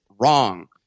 wrong